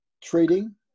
trading